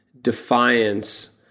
defiance